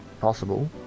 possible